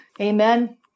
amen